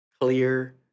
clear